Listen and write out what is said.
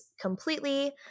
completely